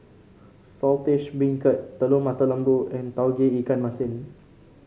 Saltish Beancurd Telur Mata Lembu and Tauge Ikan Masin